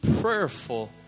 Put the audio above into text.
prayerful